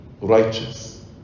righteous